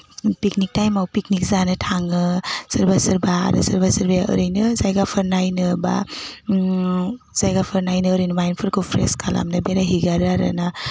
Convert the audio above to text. picnic टाइमाव picnic जानो थाङो सोरबा सोरबा आरो सोरबा सोरबाया ओरैनो जायगाफोर नायनो बा जायगाफोर नायनो ओरैनो माइन्दफोरखौ फ्रेस खालामनो बेरायहैगारो आरोना